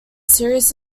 serious